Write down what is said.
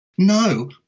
No